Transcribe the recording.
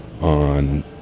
on